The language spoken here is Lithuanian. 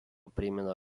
primena